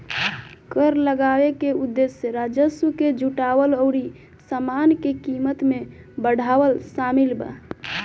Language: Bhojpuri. कर लगावे के उदेश्य राजस्व के जुटावल अउरी सामान के कीमत में बदलाव शामिल बा